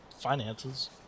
finances